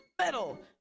metal